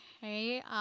hey